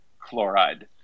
chloride